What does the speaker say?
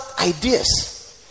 ideas